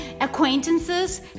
acquaintances